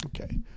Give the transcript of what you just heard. Okay